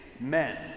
men